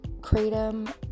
kratom